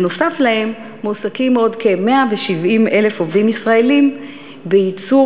בנוסף להם מועסקים עוד כ-170,000 עובדים ישראלים בייצור